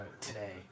Today